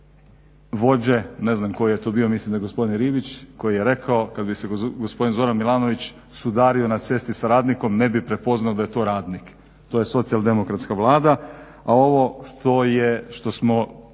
vođe, ne znam tko je to bio mislim da je gospodin Ribić koji je rekao, kada bi se gospodin Zoran Milanović sudario na cesti sa radnikom ne bi prepoznao da je to radnik. To je socijaldemokratska Vlada. A ovo što smo